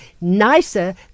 nicer